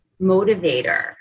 motivator